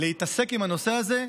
להתעסק עם הנושא הזה,